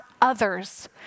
others